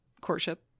courtship